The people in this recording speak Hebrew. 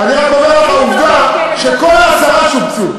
אני רק אומר לך את העובדה שכל העשרה שובצו.